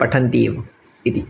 पठन्त्येव इति